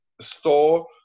store